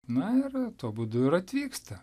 na ir tuo būdu ir atvyksta